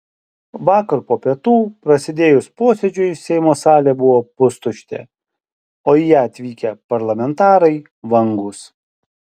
vakar po pietų prasidėjus posėdžiui seimo salė buvo pustuštė o į ją atvykę parlamentarai vangūs